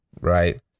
right